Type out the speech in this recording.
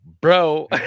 Bro